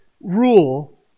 rule